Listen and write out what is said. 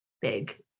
big